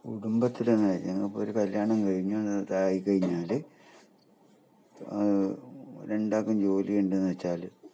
കുടുംബത്തിലെ തന്നെ ഞങ്ങൾ ഇപ്പം ഒരു കല്യാണം കഴിഞ്ഞ് ഇതായി കഴിഞ്ഞാൽ രണ്ടാൾക്കും ജോലി ഉണ്ട് എന്ന് വച്ചാൽ